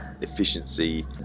efficiency